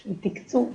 של תקצוב,